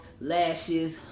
lashes